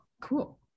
cool